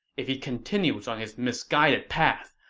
if he continues on his misguided path,